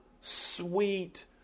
sweet